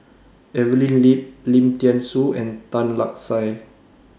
Evelyn Lip Lim Thean Soo and Tan Lark Sye